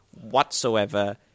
whatsoever